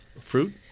Fruit